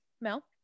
Mel